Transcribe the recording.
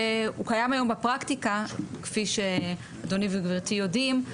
קיים היום בפרקטיקה כפי שאדוני וגבירתי יודעים,